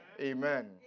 Amen